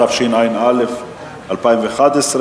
התשע"א 2011,